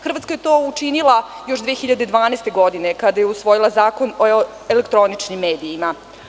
Hrvatska je to učinila još 2012. godine, kada je usvojila Zakon o elektroničnim medijima.